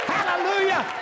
Hallelujah